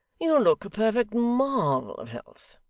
you look a perfect marvel of health.